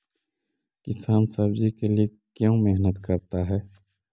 किसान सब्जी के लिए क्यों मेहनत करता है?